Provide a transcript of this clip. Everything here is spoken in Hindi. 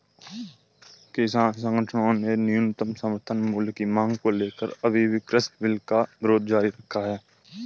किसान संगठनों ने न्यूनतम समर्थन मूल्य की मांग को लेकर अभी भी कृषि बिल का विरोध जारी रखा है